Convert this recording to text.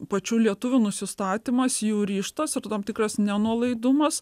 pačių lietuvių nusistatymas jų ryžtas ir tam tikras nenuolaidumas